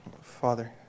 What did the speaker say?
Father